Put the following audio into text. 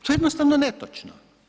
To je jednostavno netočno.